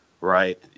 right